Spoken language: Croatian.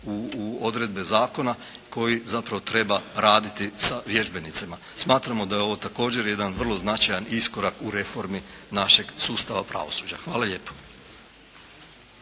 u odredbe zakona koji zapravo treba raditi sa vježbenicima. Smatramo da je ovo također jedan vrlo značajan iskorak u reformi našeg sustava pravosuđa. Hvala lijepa.